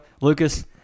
Lucas –